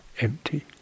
empty